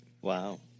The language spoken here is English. Wow